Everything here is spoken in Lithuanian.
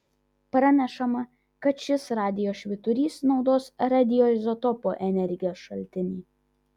pranešama kad šis radijo švyturys naudos radioizotopų energijos šaltinį